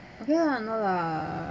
okay lah no lah